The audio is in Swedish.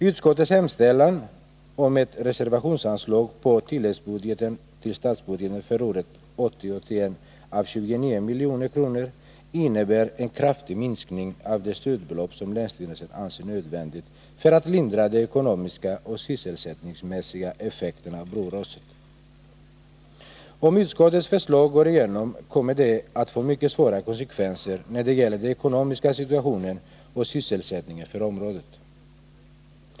Utskottets hemställan om ett reservationsanslag på tilläggsbudgeten till statsbudgeten för budgetåret 1980/81 om 29 milj.kr. innebär en kraftig minskning av det stödbelopp som länsstyrelsen anser nödvändigt för att lindra de ekonomiska och sysselsättningsmässiga effekterna av broraset. Om utskottets förslag går igenom, kommer det att få mycket svåra konsekvenser när det gäller den ekonomiska situationen och sysselsättningen för området.